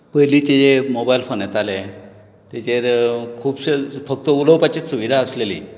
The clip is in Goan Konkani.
पयलीं जे मोबायल फोन येताले तेचेर खुबशे फकत उलोवपाची सुविधा आसलेली